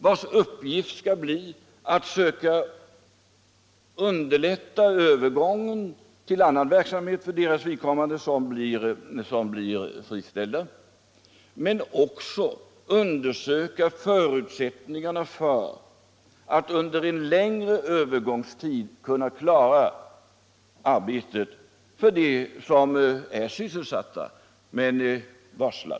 Dess uppgift blir att söka underlätta övergången till annan verksamhet för dem som blir friställda men också att undersöka förutsättningarna för att under en längre övergångstid sysselsätta dem som är sysselsatta men varslade.